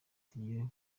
tugiye